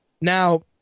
Now